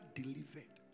delivered